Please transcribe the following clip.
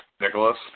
Nicholas